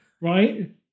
Right